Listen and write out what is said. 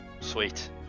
Sweet